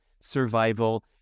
survival